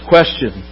Question